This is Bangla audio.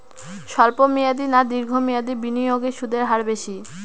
স্বল্প মেয়াদী না দীর্ঘ মেয়াদী বিনিয়োগে সুদের হার বেশী?